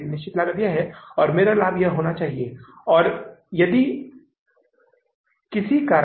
तो हम सकारात्मक शेष के साथ रह जाते हैं यह शेष राशि 260000 है